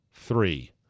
three